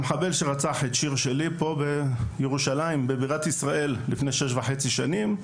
המחבל שרצח את שיר שלי פה בירושלים בבירת ישראל לפני שש וחצי שנים,